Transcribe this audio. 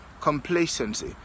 Complacency